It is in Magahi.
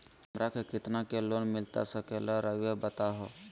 हमरा के कितना के लोन मिलता सके ला रायुआ बताहो?